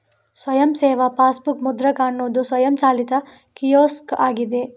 ಸ್ವಯಂ ಸೇವಾ ಪಾಸ್ಬುಕ್ ಮುದ್ರಕ ಅನ್ನುದು ಸ್ವಯಂಚಾಲಿತ ಕಿಯೋಸ್ಕ್ ಆಗಿದೆ